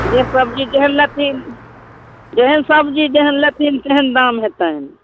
जे सब्जी जेहन लेथिन जेहन सब्जी तेहन लेथिन तेहन दाम हेतनि